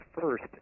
first